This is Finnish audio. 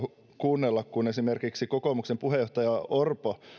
kuunnella oppositiota kun esimerkiksi kokoomuksen puheenjohtaja orpo